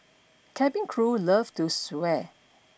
cabin crew love to swear